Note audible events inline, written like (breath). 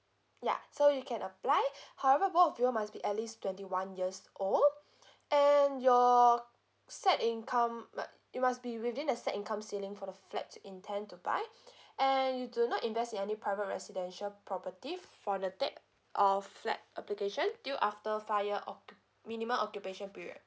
ya so you can apply (breath) however both of you all must be at least twenty one years old (breath) and your set income mu~ it must be within the set income ceiling for the flats you intend to buy (breath) and you do not invest in any private residential property from the date of flat application till after five year occu~ minimum occupation period